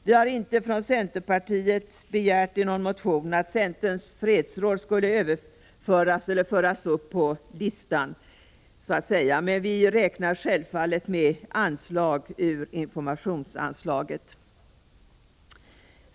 Vi har från centerpartiet inte i någon motion begärt att Centerns fredsråd skulle föras upp på listan, men vi räknar självfallet med anslag ur informationsanslaget.